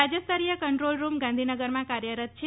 રાજ્ય સ્તરીય control room ગાંધીનગરમાં કાર્યરત છે